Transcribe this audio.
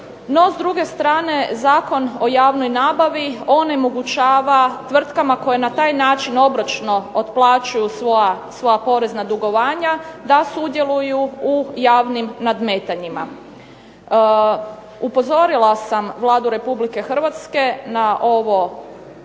No s druge strane Zakon o javnoj nabavi onemogućava tvrtkama koje na taj način obročno otplaćuju svoja porezna dugovanja, da sudjeluju u javnim nadmetanjima. Upozorila sam Vladu Republike Hrvatske na ovaj